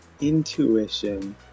Intuition